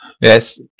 Yes